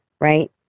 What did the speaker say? right